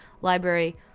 Library